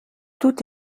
tout